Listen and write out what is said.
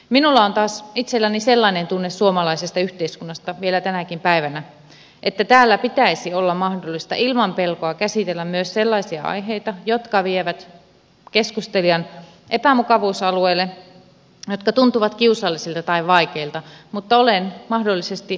minulla on taas itselläni sellainen tunne suomalaisesta yhteiskunnasta vielä tänäkin päivänä että täällä pitäisi olla mahdollista ilman pelkoa käsitellä myös sellaisia aiheita jotka vievät keskustelijan epämukavuusalueelle jotka tuntuvat kiusallisilta tai vaikeilta mutta olen mahdollisesti väärässä